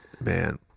Man